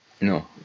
No